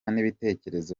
n’ibitekerezo